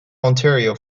ontario